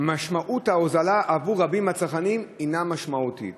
משמעות ההוזלה עבור רבים מהצרכנים היא משמעותית.